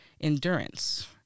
endurance